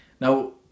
Now